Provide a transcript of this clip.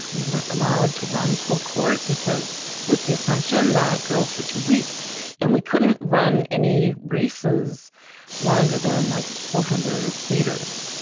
we weren't allowed to run full court because it was the assumption that girls were too weak and we couldn't run any races longer than like four hundred meters.